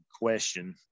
question